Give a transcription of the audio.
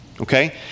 okay